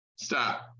Stop